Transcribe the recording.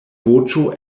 voĉo